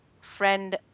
friend